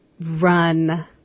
run